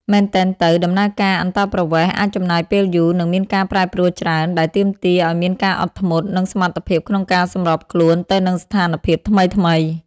មែនទែនទៅ ដំណើរការអន្តោប្រវេសន៍អាចចំណាយពេលយូរ និងមានការប្រែប្រួលច្រើន ដែលទាមទារឱ្យមានការអត់ធ្មត់ និងសមត្ថភាពក្នុងការសម្របខ្លួនទៅនឹងស្ថានភាពថ្មីៗ។